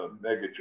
mega